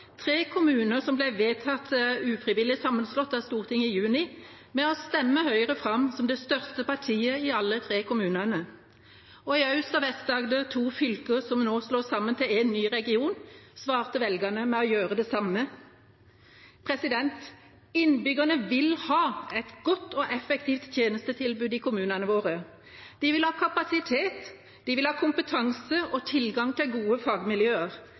tre kommuner som ble vedtatt ufrivillig sammenslått av Stortinget i juni – med å stemme Høyre fram som det største partiet i alle de tre kommunene. Og i Aust- og Vest-Agder, to fylker som nå slås sammen til én ny region, svarte velgerne med å gjøre det samme. Innbyggerne vil ha et godt og effektivt tjenestetilbud i kommunene sine. De vil ha kapasitet, de vil ha kompetanse og tilgang til gode fagmiljøer.